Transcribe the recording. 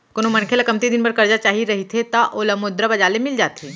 कोनो मनखे ल कमती दिन बर करजा चाही रहिथे त ओला मुद्रा बजार ले मिल जाथे